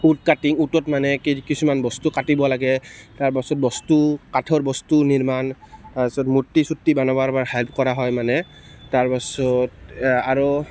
কাটি উডত মানে কিছুমান বস্তু কাটিব লাগে তাৰ পাছত বস্তু কাঠৰ বস্তু নিৰ্মাণ তাৰ পাছত মূৰ্ত্তি চুৰ্তি বনাবৰ হেল্প কৰা হয় মানে তাৰ পাছত এ আৰু